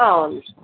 ஆ ஒரு நிமிஷம்